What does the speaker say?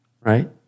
Right